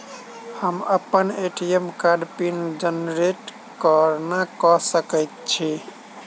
हम अप्पन ए.टी.एम कार्डक पिन जेनरेट कोना कऽ सकैत छी?